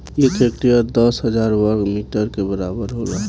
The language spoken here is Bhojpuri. एक हेक्टेयर दस हजार वर्ग मीटर के बराबर होला